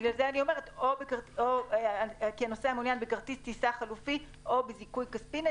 לכן אני אומרת: כי הנוסע מעוניין בכרטיס טיסה חלופי או בזיכוי כספי.